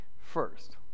First